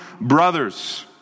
brothers